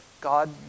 God